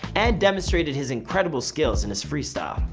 and demonstrated his incredible skills in his freestyle.